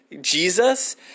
Jesus